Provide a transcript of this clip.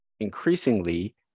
Increasingly